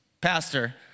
pastor